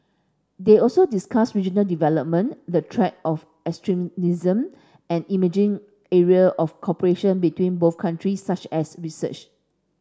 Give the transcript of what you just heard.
they also discussed regional development the threat of extremism and emerging area of cooperation between both country such as research